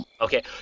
Okay